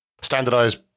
standardized